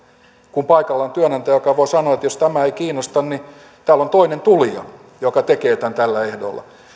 kun paikalla on työnantaja joka voi sanoa että jos tämä ei kiinnosta niin täällä on toinen tulija joka tekee tämän tällä ehdolla